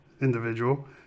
individual